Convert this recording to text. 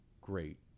great